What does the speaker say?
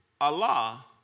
Allah